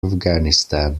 afghanistan